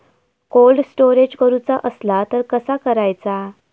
Cold storage करूचा असला तर कसा करायचा?